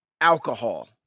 alcohol